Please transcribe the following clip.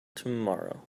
tomorrow